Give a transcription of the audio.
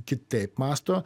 kitaip mąsto